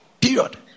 Period